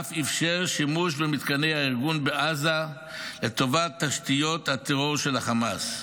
ואף אפשר שימוש במתקני הארגון בעזה לטובת תשתיות הטרור של החמאס,